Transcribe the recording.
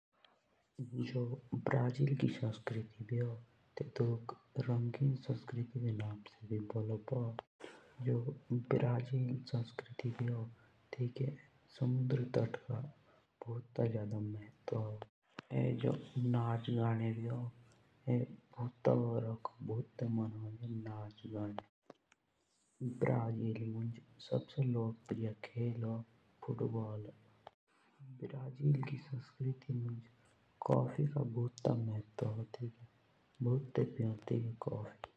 जो बिराजील की संस्कृती भी होन तेतुक रंगीन संस्कृती के नाम से भी जानो पो ओ और जो बिराजील के संस्कृती में समुदर तत का भी भौत महत्व ह। और बिराजील मुंज नाच गाने भी भूते होन। और बिराजील का लोकप्रिय खेल हो फुटबॉल। और बिराजील की संस्कृती में कूफी का भी भौत महत्व ह।